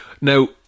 Now